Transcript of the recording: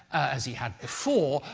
as he had before,